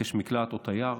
מבקש מקלט או תייר,